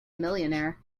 millionaire